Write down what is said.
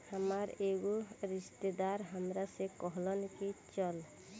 हामार एगो रिस्तेदार हामरा से कहलन की चलऽ